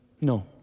No